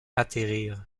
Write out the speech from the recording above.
atterrir